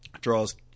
Draws